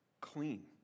clean